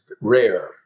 rare